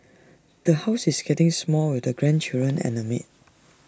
the house is getting small with the grandchildren and A maid